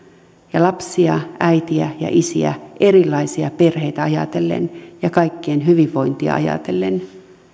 ja lapsia äitejä ja isiä erilaisia perheitä ajatellen ja kaikkien hyvinvointia ajatellen